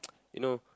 you know